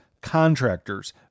contractors